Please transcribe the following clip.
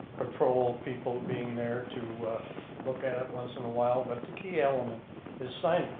patrol people being there to look at it once in a while. but the key element is signage.